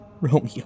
Romeo